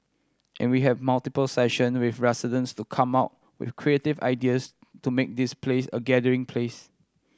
and we have multiple session with residents to come up with creative ideas to make this place a gathering place